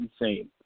insane